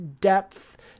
depth